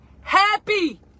Happy